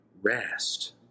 rest